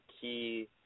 key